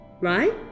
right